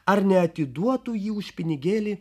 ar neatiduotų ji už pinigėlį